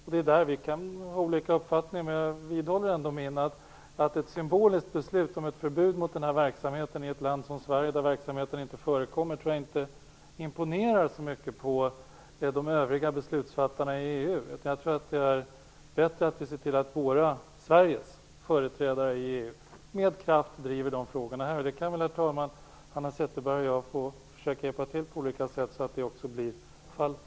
Här kan vi ha olika uppfattningar. Men jag vidhåller ändå att ett symboliskt beslut om förbud mot den här verksamheten i ett land som Sverige, där verksamheten inte förekommer, tror jag inte imponerar så mycket på de övriga beslutsfattarna i EU. Jag tror att det är bättre att se till att Sveriges företrädare i EU med kraft driver frågorna där. Herr talman! Hanna Zetterberg och jag kan väl försöka hjälpa till på olika sätt så att det också blir fallet.